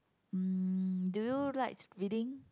mm do you likes reading